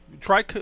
try